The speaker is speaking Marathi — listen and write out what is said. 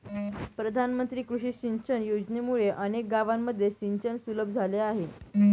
प्रधानमंत्री कृषी सिंचन योजनेमुळे अनेक गावांमध्ये सिंचन सुलभ झाले आहे